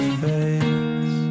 face